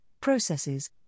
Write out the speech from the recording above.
processes